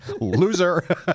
Loser